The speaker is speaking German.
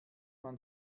man